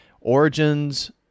origins